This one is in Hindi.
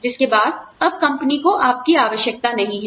जिसके बाद अब कंपनी को आपकी आवश्यकता नहीं है